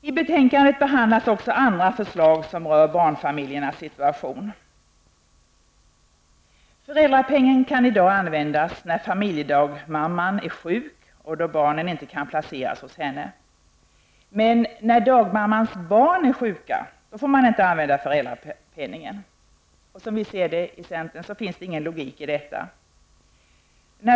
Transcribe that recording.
I betänkandet behandlas också andra förslag som rör barnfamiljernas situation. Föräldrapenningen kan i dag användas när familjedagmamman är sjuk och då barnen inte kan placeras hos henne. Men när dagmammans barn är sjuka får man inte använda föräldrapenningen. Som vi ser det i centern finns det ingen logik i detta.